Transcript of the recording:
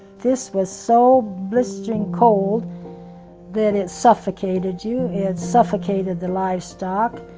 this was so blistering cold that it suffocated you, it suffocated the livestock.